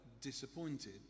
disappointed